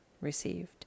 received